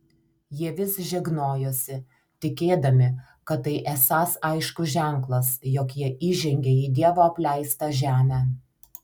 jie vis žegnojosi tikėdami kad tai esąs aiškus ženklas jog jie įžengė į dievo apleistą žemę